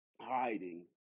hiding